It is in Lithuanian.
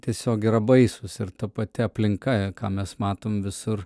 tiesiog yra baisūs ir ta pati aplinka ką mes matom visur